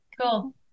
Cool